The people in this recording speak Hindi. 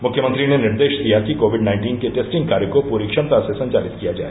मुख्यमंत्री ने निर्देश दिया कि कोविड नाइन्टीन के टेस्टिंग कार्य को पूरी क्षमता से संचालित किया जाय